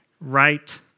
right